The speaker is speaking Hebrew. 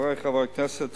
חברי חברי הכנסת,